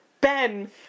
ben